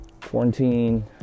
quarantine